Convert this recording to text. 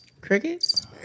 Crickets